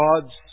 God's